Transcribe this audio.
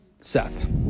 Seth